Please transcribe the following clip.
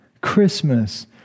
Christmas